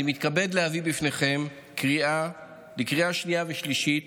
אני מתכבד להביא בפניכם לקריאה שנייה ושלישית